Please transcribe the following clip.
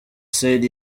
said